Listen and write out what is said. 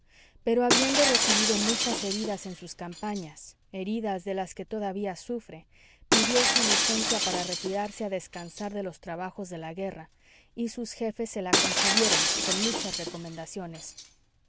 pero habiendo recibido muchas heridas en sus campañas heridas de las que todavía sufre pidió su licencia para retirarse a descansar de los trabajos de la guerra y sus jefes se la concedieron con muchas recomendaciones